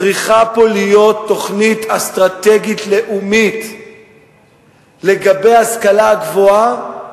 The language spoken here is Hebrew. צריכה להיות פה תוכנית אסטרטגית לאומית לגבי ההשכלה הגבוהה,